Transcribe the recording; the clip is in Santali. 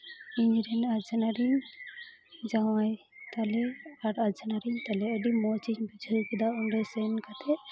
ᱤᱧᱨᱮᱱ ᱟᱡᱷᱱᱟᱨᱤᱧ ᱡᱟᱶᱟᱭ ᱛᱟᱞᱮ ᱟᱨ ᱟᱡᱷᱱᱟᱨᱤᱧ ᱛᱟᱞᱮ ᱟᱹᱰᱤ ᱢᱚᱡᱽ ᱜᱤᱧ ᱵᱩᱡᱷᱟᱹᱣ ᱠᱮᱫᱟ ᱚᱸᱰᱮ ᱥᱮᱱ ᱠᱟᱛᱮᱫ